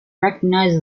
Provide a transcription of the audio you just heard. recognize